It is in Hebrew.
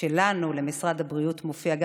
שלנו למשרד הבריאות מופיע,